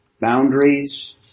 boundaries